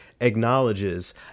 acknowledges